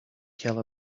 kill